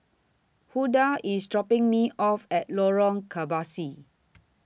Huldah IS dropping Me off At Lorong Kebasi